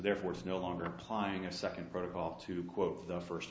therefore it's no longer applying a second protocol to quote the first